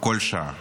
כל שעה.